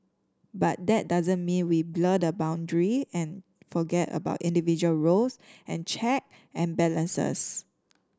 but that doesn't mean we blur the boundary and forget about individual roles and check and balances